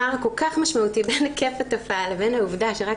הפער הכל כך משמעותי בין היקף התופעה לבין העובדה שרק